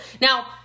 Now